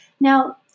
Now